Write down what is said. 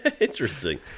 Interesting